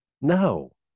no